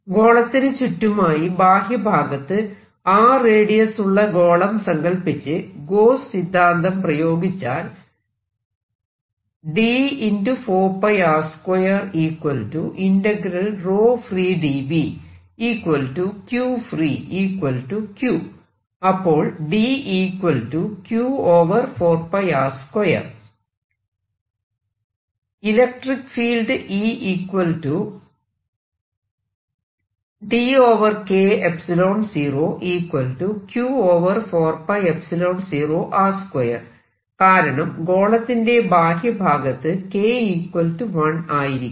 ഗോളത്തിനു ചുറ്റുമായി ബാഹ്യഭാഗത്ത് r radius ഉള്ള ഗോളം സങ്കൽപ്പിച്ച് ഗോസ് സിദ്ധാന്തം പ്രയോഗിച്ചാൽ അപ്പോൾ ഇലക്ട്രിക്ക് ഫീൽഡ് കാരണം ഗോളത്തിന്റെ ബാഹ്യ ഭാഗത്ത് K 1 ആയിരിക്കും